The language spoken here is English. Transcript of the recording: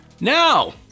Now